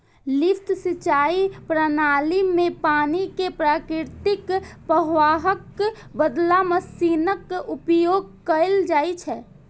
lift सिंचाइ प्रणाली मे पानि कें प्राकृतिक प्रवाहक बदला मशीनक उपयोग कैल जाइ छै